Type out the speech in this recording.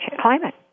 climate